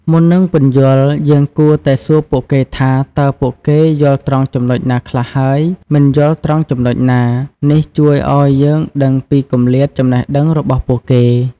មុននឹងពន្យល់ យើងគួរតែសួរពួកគេថា តើពួកគេយល់ត្រង់ចំណុចណាខ្លះហើយ មិនយល់ត្រង់ចំណុចណា? នេះជួយឱ្យយើងដឹងពីគម្លាតចំណេះដឹងរបស់ពួកគេ។